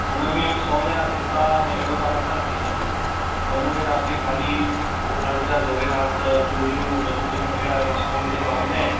उनमें सोन जा सिक्का ने अहिड़ो तव्हां नथा रखी सघो उनमें तव्हांखे ख़ाली घरु जा जवेरात चूड़ियूं ॿंगिड़ीयूं अहिड़ा सोन जेका हुंदा आहिनि